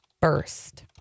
burst